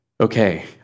Okay